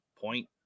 point